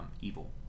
evil